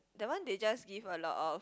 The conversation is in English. that one they just give a lot of